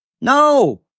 No